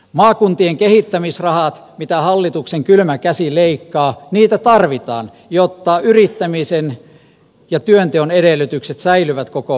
maakuntien kehittämisrahoja mitä hallituksen kylmä käsi leikkaa tarvitaan jotta yrittämisen ja työnteon edellytykset säilyvät koko maassa